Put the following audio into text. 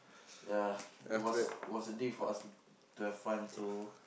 ya it was was a day for us to to have fun so